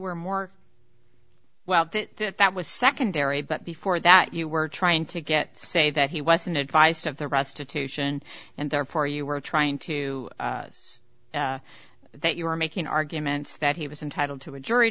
were more well that that was secondary but before that you were trying to get say that he was in advised of the restitution and therefore you were trying to that you were making arguments that he was entitled to a jury